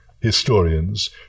historians